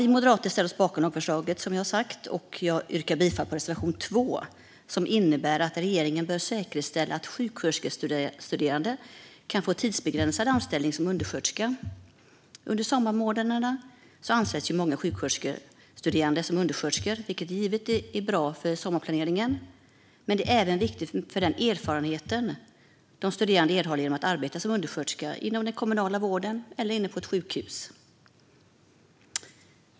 Vi moderater ställer oss bakom lagförslaget. Jag yrkar bifall till reservation 2, som innebär att regeringen bör säkerställa att sjuksköterskestuderande kan få tidsbegränsad anställning som undersköterska. Under sommarmånaderna anställs många sjuksköterskestuderande som undersköterskor, vilket givetvis är bra för sommarplaneringen, men det är även viktigt med den erfarenhet som de studerande erhåller genom att arbeta som undersköterska inom den kommunala vården eller på ett sjukhus.